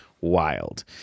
wild